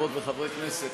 חברות וחברי כנסת,